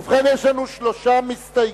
ובכן, יש לנו שלושה מסתייגים.